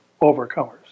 overcomers